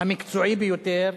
המקצועי ביותר,